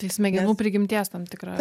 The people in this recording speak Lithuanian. tai smegenų prigimties tam tikra